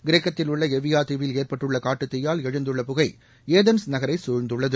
கிரேக்கத்தில் உள்ள எவியா தீவில் ஏற்பட்டுள்ள காட்டுத் தீயால் எழுந்துள்ள புகை ஏதென்ஸ் நகரை சூழந்துள்ளது